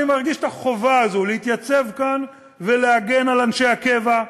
אני מרגיש את החובה הזו להתייצב כאן ולהגן על אנשי הקבע,